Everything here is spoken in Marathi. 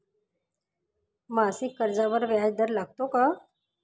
मासिक कर्जावर व्याज दर लागतो का?